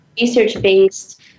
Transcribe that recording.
research-based